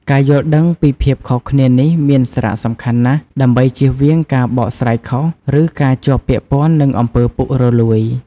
ការយល់ដឹងពីភាពខុសគ្នានេះមានសារៈសំខាន់ណាស់ ដើម្បីជៀសវាងការបកស្រាយខុស ឬការជាប់ពាក់ព័ន្ធនឹងអំពើពុករលួយ។